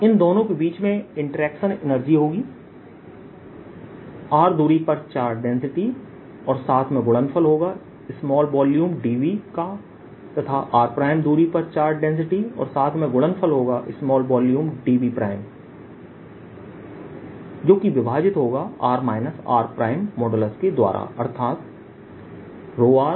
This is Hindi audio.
फिर इन दोनों के बीच इंटरेक्शन एनर्जीहोगी r दूरी पर चार्ज डेंसिटी और साथ में गुणनफल होगा स्मॉल वॉल्यूम dv का तथा r' दूरी पर चार्ज डेंसिटी और साथ में गुणनफल होगा स्मॉल वॉल्यूम dv' जोकि विभाजित होगा r rके द्वारा अर्थात rdvρrdv